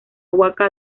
huaca